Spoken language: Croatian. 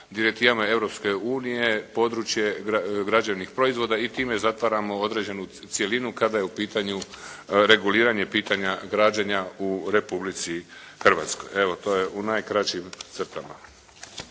unije područje građevnih proizvoda i time zatvaramo određenu cjelinu kada je u pitanju reguliranje pitanja građenja u Republici Hrvatskoj. Evo, to je u najkraćim crtama.